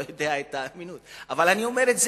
לא יודע מה האמינות, אבל אני אומר את זה,